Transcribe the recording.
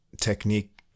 technique